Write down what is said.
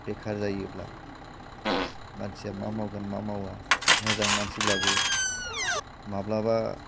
बेखार जायोब्ला मानसिया मा मावगोन मा मावा मोजां मानसिब्लाबो माब्लाबा